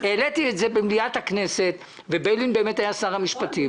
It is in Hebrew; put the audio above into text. העליתי את זה במליאת הכנסת וביילין היה אז שר המשפטים.